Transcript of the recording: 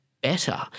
better